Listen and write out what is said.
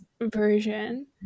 version